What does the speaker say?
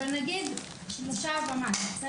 ועוד דבר נוסף הוא שיש לנו עכשיו מצב מאוד cool.